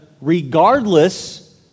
regardless